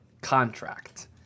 contract